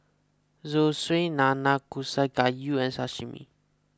Zosui Nanakusa Gayu and Sashimi